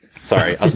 Sorry